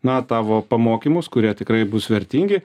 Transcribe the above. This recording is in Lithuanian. na tavo pamokymus kurie tikrai bus vertingi